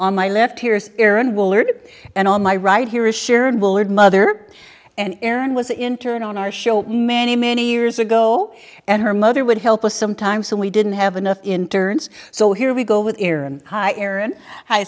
on my left here's aaron willard and on my right here is sharon willard mother and aaron was an intern on our show many many years ago and her mother would help us some time so we didn't have enough interns so here we go with aaron hi aaron hi